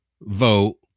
vote